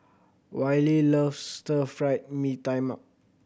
Wiley loves Stir Fried Mee Tai Mak